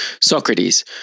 Socrates